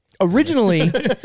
originally